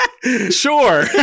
Sure